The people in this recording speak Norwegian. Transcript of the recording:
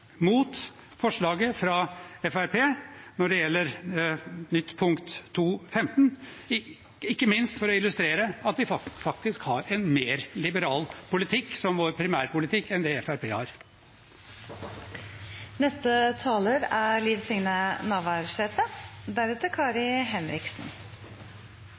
mot forslaget fra Fremskrittspartiet når det gjelder § 2-15, ikke minst for å illustrere at vi faktisk har en mer liberal politikk som vår primærpolitikk enn det